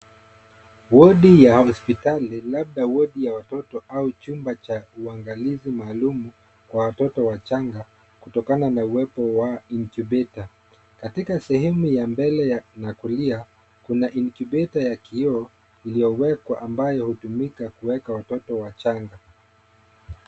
Wodi ya hospitali labda wodi ya watoto au chumba cha uangalifu maalum kwa watoto wachanga kutokana na uwepo wa incubator. Katika sehemu ya mbele na kulia kuna incubator ya kioo iliyowekwa ambayo hutumika kuweka watoto wachanga.